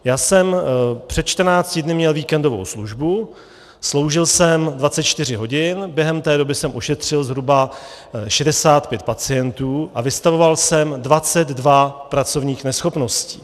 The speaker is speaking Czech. Já jsem před čtrnácti dny měl víkendovou službu, sloužil jsem 24 hodin, během té doby jsem ošetřil zhruba 65 pacientů a vystavoval jsem 22 pracovních neschopností.